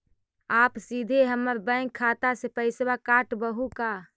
आप सीधे हमर बैंक खाता से पैसवा काटवहु का?